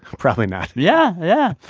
probably not yeah. yeah.